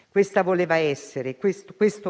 per domani. Questo